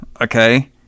Okay